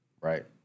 Right